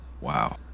Wow